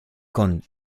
con